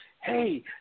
hey